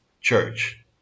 church